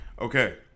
Okay